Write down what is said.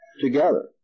together